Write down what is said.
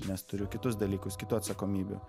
nes turiu kitus dalykus kitų atsakomybių